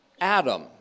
Adam